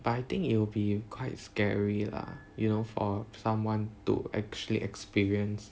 but I think it'll be quite scary lah you know for someone to actually experience